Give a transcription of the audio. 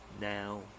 Now